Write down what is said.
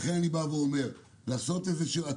לכן אני אומר שצריך לעשות עצירה.